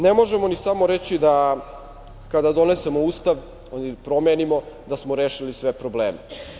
Ne možemo ni samo reći da kada donesemo Ustav, odnosno promenimo, da smo rešili sve probleme.